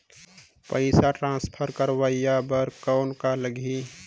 पइसा ट्रांसफर करवाय बर कौन का लगही?